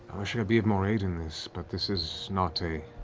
i wish i could be of more aid in this, but this is not a